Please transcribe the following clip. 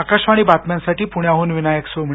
आकाशवाणी बातम्यांसाठी पुण्याहून विनायक सोमणी